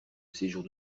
séjour